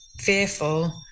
fearful